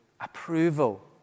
approval